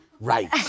Right